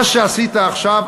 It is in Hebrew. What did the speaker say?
מה שעשית עכשיו,